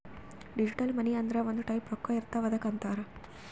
digital money ಅಂದುರ್ ಒಂದ್ type ರೊಕ್ಕಾ ಇರ್ತಾವ್ ಅದ್ದುಕ್ ಅಂತಾರ್